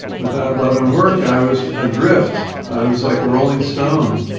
without love and work i was adrift, i was like a rolling stone,